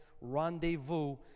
rendezvous